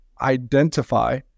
identify